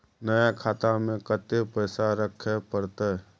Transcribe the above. नया खाता में कत्ते पैसा रखे परतै?